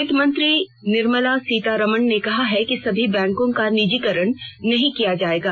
वित्तमंत्री निर्मला सीतारामन ने कहा है कि सभी बैंकों का निजीकरण नहीं किया जायेगा